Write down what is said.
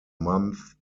month